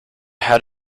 had